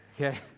okay